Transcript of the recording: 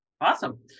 Awesome